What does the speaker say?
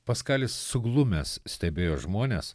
paskalis suglumęs stebėjo žmones